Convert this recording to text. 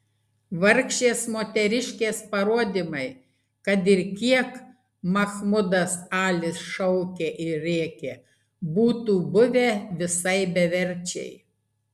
vargšės moteriškės parodymai kad ir kiek mahmudas alis šaukė ir rėkė būtų buvę visai beverčiai